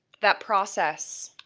that process,